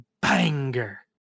banger